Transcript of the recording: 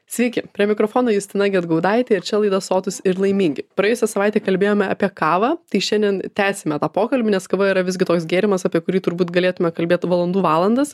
sveiki prie mikrofono justina gedgaudaitė ir čia laida sotūs ir laimingi praėjusią savaitę kalbėjome apie kavą tai šiandien tęsime tą pokalbį nes kava yra visgi toks gėrimas apie kurį turbūt galėtume kalbėt valandų valandas